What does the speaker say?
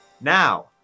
Now